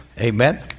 amen